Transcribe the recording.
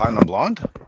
blonde